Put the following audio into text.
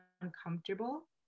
uncomfortable